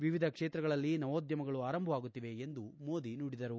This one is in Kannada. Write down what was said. ವಿವಿಧ ಕ್ಷೇತ್ರಗಳಲ್ಲಿ ನವೋದ್ಧಮಗಳು ಆರಂಭವಾಗುತ್ತಿವೆ ಎಂದು ಮೋದಿ ನುಡಿದರು